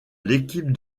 l’équipe